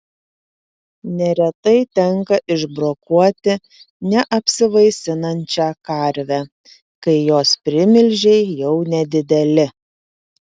neretai tenka išbrokuoti neapsivaisinančią karvę kai jos primilžiai jau nedideli